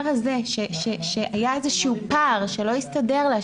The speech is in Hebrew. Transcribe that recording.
הזה שהיה איזה שהוא פער שלא הסתדר לה,